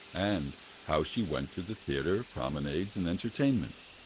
and how she went to the theatre, promenades, and entertainments.